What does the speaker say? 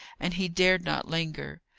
and he dared not linger.